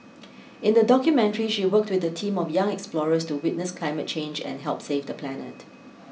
in the documentary she worked with a team of young explorers to witness climate change and help save the planet